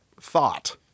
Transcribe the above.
thought